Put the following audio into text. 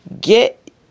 get